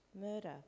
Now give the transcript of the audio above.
murder